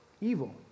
evil